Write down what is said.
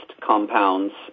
compounds